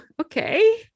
okay